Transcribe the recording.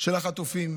של החטופים